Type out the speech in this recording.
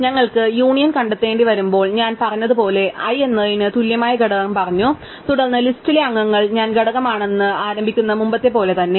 ഞങ്ങൾക്ക് യൂണിയൻ കണ്ടെത്തേണ്ടിവരുമ്പോൾ ഞാൻ പറഞ്ഞതുപോലെ I എന്നതിന് തുല്യമായ ഘടകം ഞങ്ങൾ പറഞ്ഞു തുടർന്ന് ലിസ്റ്റിലെ അംഗങ്ങൾ ഞാൻ ഘടകമാണെന്ന് ഞാൻ ആരംഭിക്കുന്നു മുമ്പത്തെപ്പോലെ തന്നെ